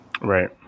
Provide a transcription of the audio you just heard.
Right